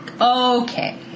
okay